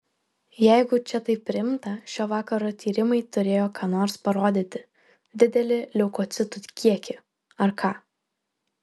jeigu čia taip rimta šio vakaro tyrimai turėjo ką nors parodyti didelį leukocitų kiekį ar ką